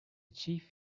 chief